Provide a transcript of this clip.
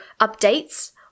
updates